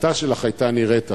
ההחלטה שלך היתה נראית אחרת.